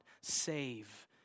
save